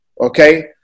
okay